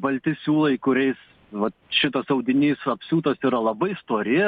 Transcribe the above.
balti siūlai kuriais va šitas audinys apsiūtas yra labai stori